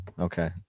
okay